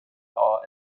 are